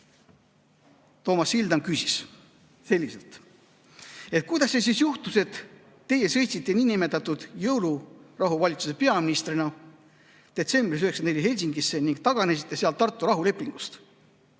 Toomas Sildam küsis selliselt, et kuidas see siis juhtus, et teie sõitsite niinimetatud jõulurahu valitsuse peaministrina detsembris 1994 Helsingisse ning taganesite seal Tartu rahulepingust,